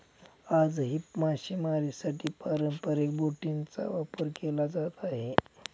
आजही मासेमारीसाठी पारंपरिक बोटींचा वापर केला जात आहे